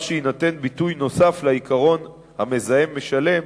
וכך יינתן ביטוי נוסף לעקרון המזהם משלם,